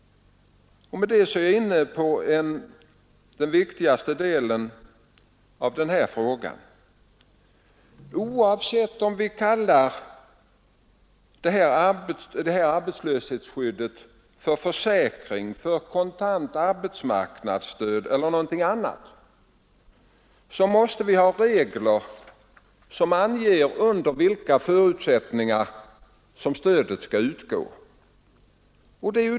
Med detta är jag inne på den viktigaste delen av den här frågan. Oavsett om vi kallar det här arbetslöshetsskyddet för försäkring, kontant arbetsmarknadsstöd eller någonting annat, så måste vi ha regler som anger under vilka förutsättningar som stödet skall utgå.